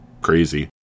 crazy